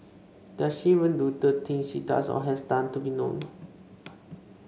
does she even do the things she does or has done to be known